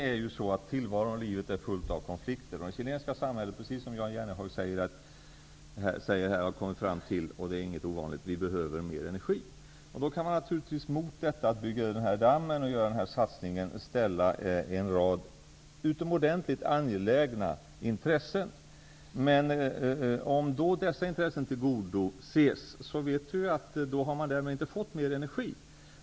Fru talman! Tillvaron i livet är full av konflikter. Det chilenska samhället har, precis som Jan Jennehag säger, kommit fram till, vilket inte är ovanligt, att det behöver mer energi. Då kan man naturligtvis mot att bygga denna damm och att göra denna satsning ställa en rad utomordentligt angelägna intressen. Men om dessa intressen tillgodoses vet vi ju att det chilenska samhället inte får mer energi.